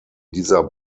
dieser